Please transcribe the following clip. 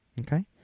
Okay